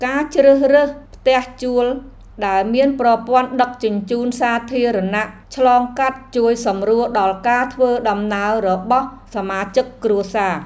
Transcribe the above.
ការជ្រើសរើសផ្ទះជួលដែលមានប្រព័ន្ធដឹកជញ្ជូនសាធារណៈឆ្លងកាត់ជួយសម្រួលដល់ការធ្វើដំណើររបស់សមាជិកគ្រួសារ។